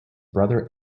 brother